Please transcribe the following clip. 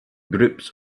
groups